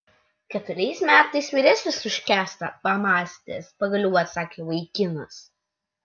keturiais metais vyresnis už kęstą pamąstęs pagaliau atsakė vaikinas